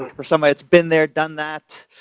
for somebody that's been there, done that,